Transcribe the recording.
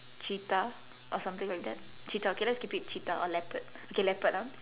cheetah or something like that cheetah okay let's keep it cheetah or leopard okay leopard ah